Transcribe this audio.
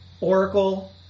Oracle